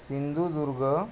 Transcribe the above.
Sindhudurg